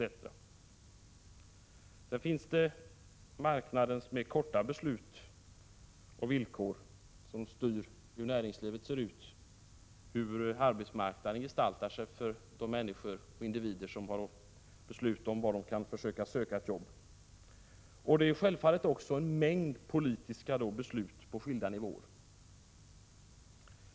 Sedan finns också marknadens korta beslut och villkor, som styr hur näringslivet ser ut, hur arbetsmarknaden gestaltar sig för individer som har att besluta om var de skall söka ett jobb. Det är självfallet också fråga om en mängd politiska beslut på skilda nivåer.